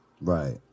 right